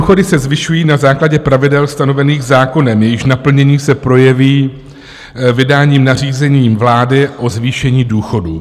Důchody se zvyšují na základě pravidel stanovených zákonem, jejichž naplnění se projeví vydáním nařízení vlády o zvýšení důchodů.